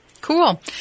Cool